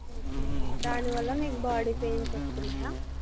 okay దానివల్ల మీకు body pains వస్తున్నాయా